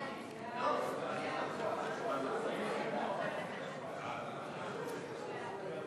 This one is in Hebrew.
ההצעה להפוך את הצעת חוק